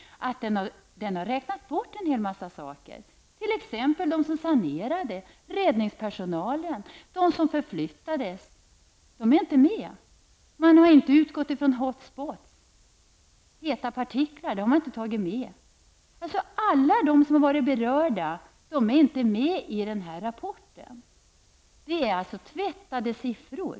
Den har t.ex. inte tagit hänsyn till dem som sanerade, räddningspersonalen, och de som förflyttades är inte med. Man har inte utgått från s.k. hot spots -- heta partiklar. Detta har man inte tagit med. Alla de som är berörda är alltså inte med i denna rapport. Det är alltså tvättade siffror.